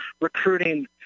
recruiting